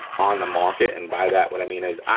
on the market and by that but i mean is,